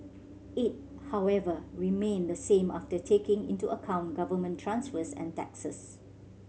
it however remained the same after taking into account government transfers and taxes